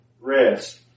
rest